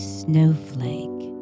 snowflake